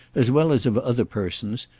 as well as of other persons,